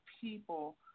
people